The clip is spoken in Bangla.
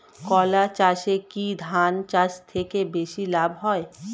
কলা চাষে কী ধান চাষের থেকে বেশী লাভ হয়?